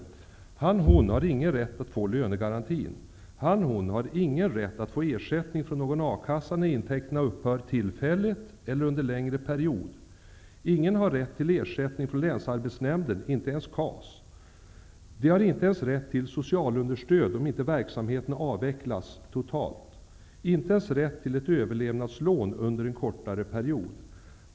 Han eller hon har ingen rätt att få lönegaranti. Han eller hon har ingen rätt att få ersättning från någon A-kassa när intäkterna upphör tillfälligt eller under längre period. Ingen har rätt till ersättning från länsarbetsnämnden, inte ens KAS. Man har inte ens rätt till socialunderstöd om inte verksamheten avvecklas totalt och inte ens rätt till ett överlevnadslån under en kortare period.